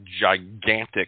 gigantic